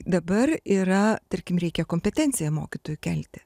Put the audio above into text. dabar yra tarkim reikia kompetenciją mokytojų kelti